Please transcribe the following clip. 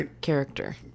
character